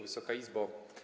Wysoka Izbo!